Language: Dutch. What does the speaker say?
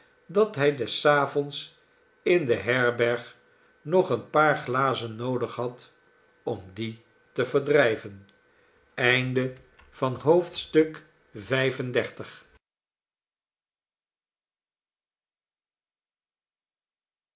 dat hij des avonds in de herberg nog een paar glazen noodig had om dien te verdrijven